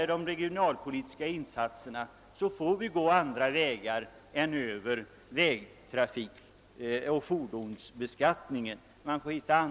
De regionalpolitiska insatserna får vi göra med andra medel än genom att ändra fordonsbeskattningen.